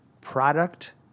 product